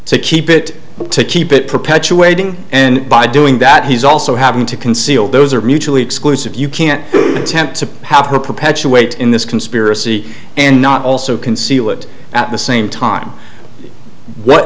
to keep it to keep it perpetuating and by doing that he's also having to conceal those are mutually exclusive you can't attempt to have her perpetuate in this conspiracy and not also conceal it at the same time what